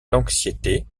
l’anxiété